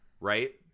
Right